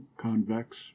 convex